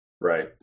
Right